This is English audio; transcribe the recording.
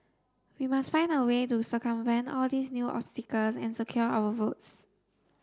we must find a way to circumvent all these new obstacles and secure our votes